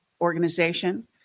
organization